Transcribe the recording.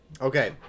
Okay